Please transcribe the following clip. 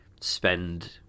spend